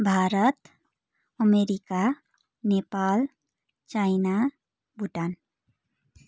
Bharat America Nepal China Bhutan